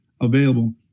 available